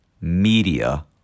media